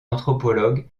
anthropologue